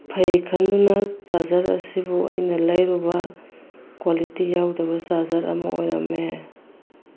ꯐꯩ ꯈꯟꯗꯨꯅ ꯆꯥꯔꯖꯔ ꯑꯁꯤꯕꯨ ꯑꯩꯅ ꯂꯩꯔꯨꯕ ꯀꯋꯥꯂꯤꯇꯤ ꯌꯥꯎꯗꯕ ꯆꯥꯔꯖꯔ ꯑꯃ ꯑꯣꯏꯔꯝꯃꯦ